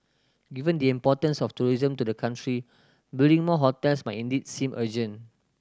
given the importance of tourism to the country building more hotels might indeed seem urgent